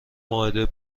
مائده